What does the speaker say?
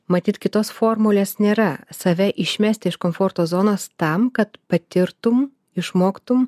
matyt kitos formulės nėra save išmesti iš komforto zonos tam kad patirtum išmoktum